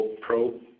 pro